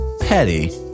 petty